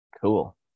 Cool